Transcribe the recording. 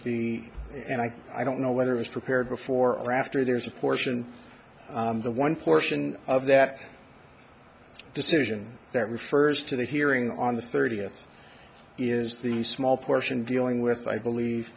he and i i don't know whether it was prepared before or after there's a portion the one portion of that decision that refers to the hearing on the thirtieth is the small portion dealing with i believe